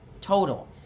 Total